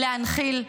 להנחיל,